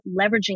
leveraging